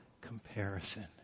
comparison